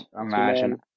imagine